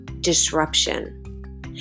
disruption